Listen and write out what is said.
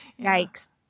Yikes